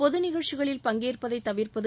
பொதுநிகழ்ச்சிகளில் பங்கேற்பதை தவிர்ப்பது